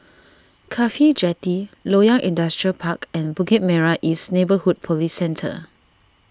Cafhi Jetty Loyang Industrial Park and Bukit Merah East Neighbourhood Police Centre